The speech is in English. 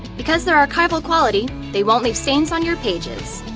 because they're archival quality, they won't leave stains on your pages.